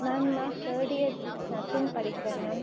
ma'am நான் third year nursing படிக்கிறேன் ma'am